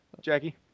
Jackie